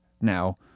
Now